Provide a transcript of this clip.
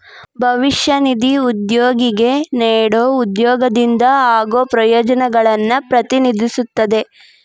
ಭವಿಷ್ಯ ನಿಧಿ ಉದ್ಯೋಗಿಗೆ ನೇಡೊ ಉದ್ಯೋಗದಿಂದ ಆಗೋ ಪ್ರಯೋಜನಗಳನ್ನು ಪ್ರತಿನಿಧಿಸುತ್ತದೆ